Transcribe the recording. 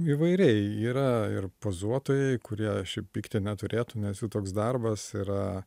įvairiai yra ir pozuotojai kurie šiaip pykt jie neturėtų nes jų toks darbas yra